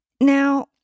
Now